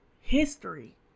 history